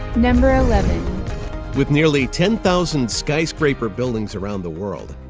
number eleven with nearly ten thousand skyscraper buildings around the world,